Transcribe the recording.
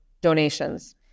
donations